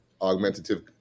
augmentative